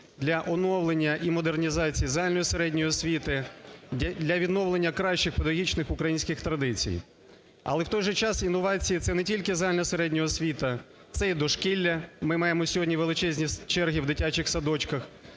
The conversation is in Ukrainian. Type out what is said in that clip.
для оновлення і модернізації загальної середньої освіти, для відновлення кращих педагогічних українських традицій. Але у той же час інновації – це не тільки загальна середня освіта, це і дошкілля, ми маємо сьогодні величезні черги у дитячих садочках,